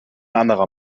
anderer